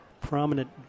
prominent